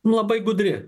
labai gudri